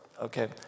okay